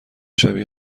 شبیه